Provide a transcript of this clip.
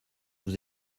vous